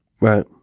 right